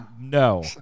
No